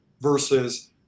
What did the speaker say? versus